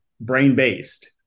brain-based